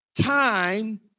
time